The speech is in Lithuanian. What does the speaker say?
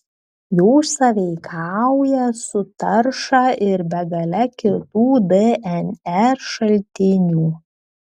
jos sąveikauja su tarša ir begale kitų dnr šaltinių